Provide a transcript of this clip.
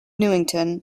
newington